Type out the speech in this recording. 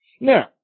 Now